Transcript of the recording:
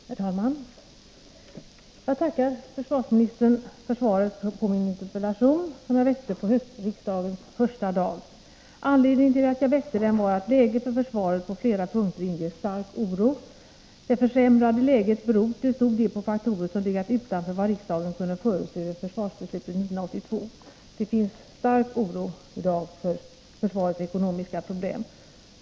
Herr talman! Jag tackar försvarsministern för svaret på min interpellation, som jag ställde på höstriksdagens första dag. Anledningen till att jag ställde den var att läget för försvaret på flera punkter inger stark oro. Det försämrade läget beror till stor del på faktorer som legat utanför vad som riksdagen kunde förutse vid försvarsbeslutet 1982. Det finns därför stark anledning att känna oro för försvarets ekonomiska problem.